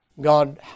God